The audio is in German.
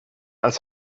als